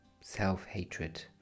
self-hatred